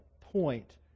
point